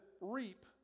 reap